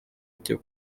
byo